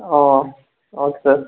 O okay sir